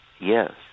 Yes